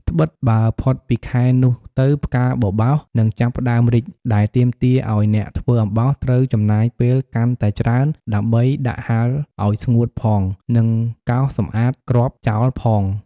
ត្បិតបើផុតពីខែនោះទៅផ្កាបបោសនឹងចាប់ផ្តើមរីក ដែលទាមទារអោយអ្នកធ្វើអំបោសត្រូវចំណាយពេលកាន់តែច្រើនដើម្បីដាក់ហាលអោយស្ងួតផង និងកោសសម្អាតគ្រាប់ចោលផង។